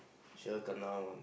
sure kena one